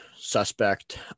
suspect